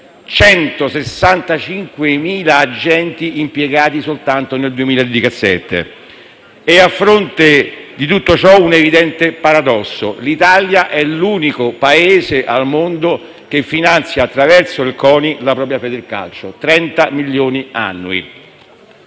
165.000 agenti impiegati soltanto nel 2017. A fronte di tutto ciò, un evidente paradosso: l'Italia è l'unico Paese al mondo che finanzia attraverso il CONI la propria Federcalcio, con 30 milioni di